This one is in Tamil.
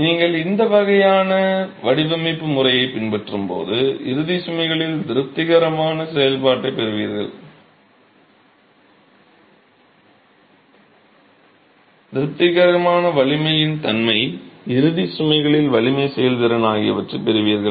நீங்கள் இந்த வகையான வடிவமைப்பு முறையைப் பின்பற்றும்போது இறுதி சுமைகளில் திருப்திகரமான செயல்திறனைப் பெறுவீர்கள் திருப்திகரமான வலிமையின் தன்மை இறுதி சுமைகளில் வலிமை செயல்திறன் ஆகியவற்றைப் பெறுவீர்கள்